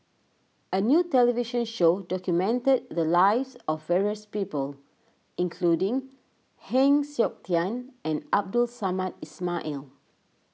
a new television show documented the lives of various people including Heng Siok Tian and Abdul Samad Ismail